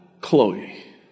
Chloe